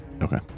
Okay